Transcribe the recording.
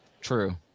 True